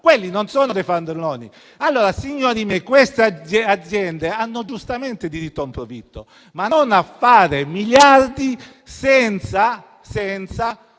quelli non sono fannulloni? Allora, signori miei, queste aziende hanno giustamente diritto a un profitto, ma non a fare miliardi senza